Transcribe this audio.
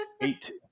Eight